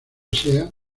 sea